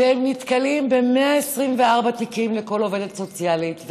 והם נתקלים ב-124 תיקים לכל עובדת סוציאלית,